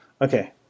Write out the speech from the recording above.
Okay